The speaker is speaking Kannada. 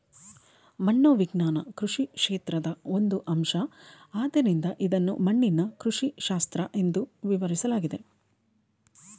ಮಣ್ಣು ವಿಜ್ಞಾನ ಕೃಷಿ ಕ್ಷೇತ್ರದ ಒಂದು ಅಂಶ ಆದ್ದರಿಂದ ಇದನ್ನು ಮಣ್ಣಿನ ಕೃಷಿಶಾಸ್ತ್ರ ಎಂದೂ ವಿವರಿಸಲಾಗಿದೆ